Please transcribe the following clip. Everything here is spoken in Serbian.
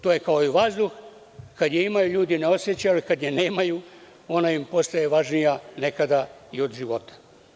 To je kao i vazduh, kada je imaju, ljudi je ne osećaju, a kada je nemaju, ona im postaje važnija nekada i od života.